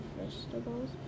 vegetables